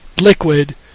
Liquid